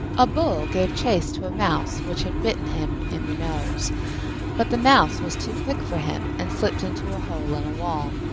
a bull gave chase to a mouse which had bitten him in the nose but the mouse was too quick for him and slipped into a hole in a wall.